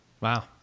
wow